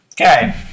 Okay